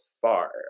far